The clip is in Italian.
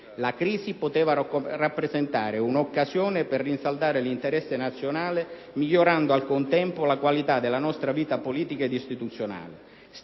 La crisi poteva rappresentare un'occasione per rinsaldare l'interesse nazionale, migliorando al contempo la qualità della nostra vita politica ed istituzionale.